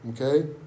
okay